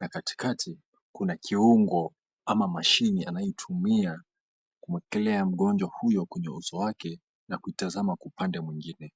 na katikati. Kuna kiungo ama mashini anayoitumia kuwekelea mgonjwa huyo kwenye uso wake na kuitazama kwa upande mwingine.